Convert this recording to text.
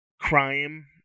crime